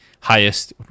highest